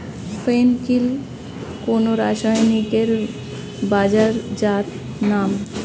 ফেন কিল কোন রাসায়নিকের বাজারজাত নাম?